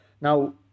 Now